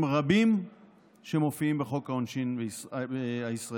רבים שמופיעים בחוק העונשין הישראלי.